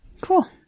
Cool